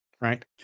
Right